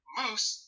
moose